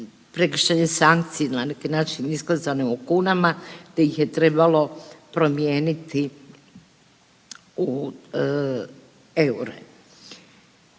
prekršajne sankcije na neki način iskazane u kunama, te ih je trebalo promijeniti u eure.